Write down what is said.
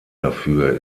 dafür